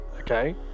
Okay